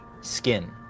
skin